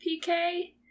PK